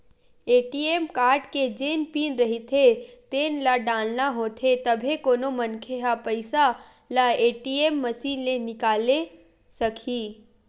ATM card के जेन PIN रहिथे तेन ल डालना होथे तभे कोनो मनखे ह पइसा ल ए.टी.एम मसीन ले निकाले सकही